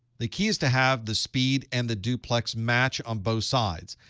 the key is to have the speed and the duplex match on both sides.